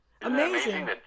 Amazing